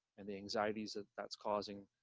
and the anxieties that's causing